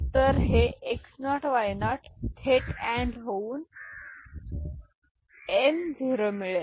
तर हे x 0 y0 थेट अँड होऊन m0 मिळेल